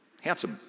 handsome